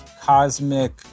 cosmic